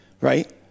right